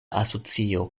asocio